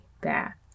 bath